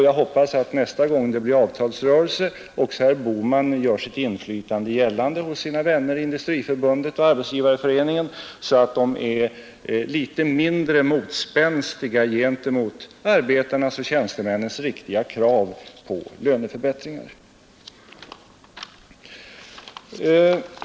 Jag hoppas att nästa gång det blir avtalsrörelse herr Bohman gör sitt inflytande gällande hos sina vänner i Industriförbundet och Arbetsgivareföreningen, så att de är litet mindre motspänstiga gentemot arbetarnas och tjänstemännens riktiga krav på löneförbättringar.